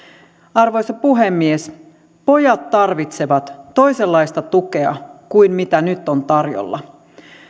arvoisa rouva puhemies pojat tarvitsevat toisenlaista tukea kuin mitä nyt on tarjolla